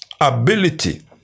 ability